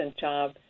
job